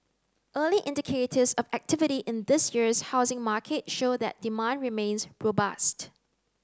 early indicators of activity in this year's housing market show that demand remains robust